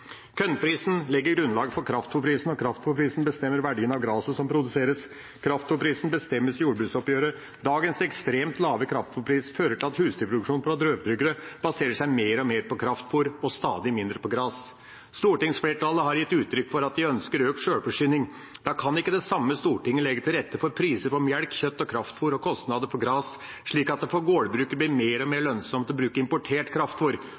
Kornprisen legger grunnlag for kraftfôrprisen, og kraftfôrprisen bestemmer verdien av graset som produseres. Kraftfôrprisen bestemmes i jordbruksoppgjøret. Dagens ekstremt lave kraftfôrpris fører til at husdyrproduksjon fra drøvtyggere baserer seg mer og mer på kraftfôr og stadig mindre på gras. Stortingsflertallet har gitt uttrykk for at de ønsker økt sjølforsyning. Da kan ikke det samme stortinget legge til rette for priser på melk, kjøtt og kraftfôr og kostnader for gras som gjør at det for gårdbruker blir mer og mer lønnsomt å bruke importert